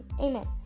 Amen